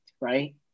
right